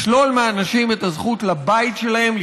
לשלול מאנשים את הזכות לבית שלהם,